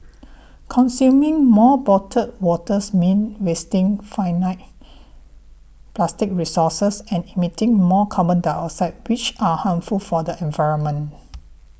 consuming more bottled waters means wasting finite plastic resources and emitting more carbon dioxide which are harmful for the environment